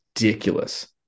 ridiculous